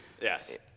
Yes